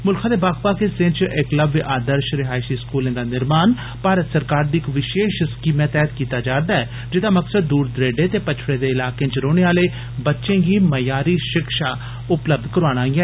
मुलखे दे बक्ख बक्ख हिससें च एकलव्य आदर्श रिहाइशी स्कूलें दा निम्पण भारत सरकार दी इक विशेष स्कीमै तैह्त कीता जा'रदा जेह्दा मकसद दूर दरेडे ते पछडे दे इलाके च रौहने आले बच्चे गी मयारी शिक्षादी सुविधा उपलब्ध कराना ऐ